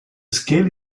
scale